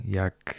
jak